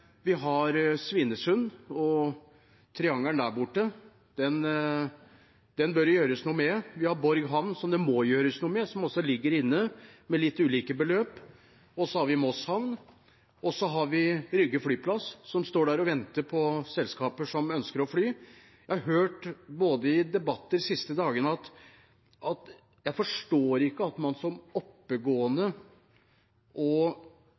Svinesund og triangelet der borte som det bør gjøres noe med, vi har Borg havn, som det må gjøres noe med, og som også ligger inne med litt ulike beløp, og vi har Moss havn. Så har vi Rygge flyplass, som står der og venter på selskaper som ønsker å fly. Jeg har hørt det i debatter de siste dagene, og jeg forstår ikke at oppegående og forholdsvis kunnskapsrike mennesker, som